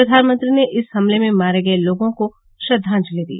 प्रधानमंत्री ने इस हमले में मारे गये लोगों को श्रद्वांजलि दी